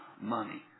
money